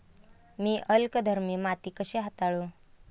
मी अल्कधर्मी माती कशी हाताळू?